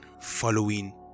following